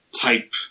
type